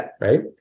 Right